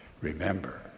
Remember